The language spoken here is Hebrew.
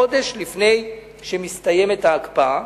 חודש לפני שמסתיימת ההקפאה,